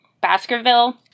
baskerville